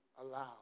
allow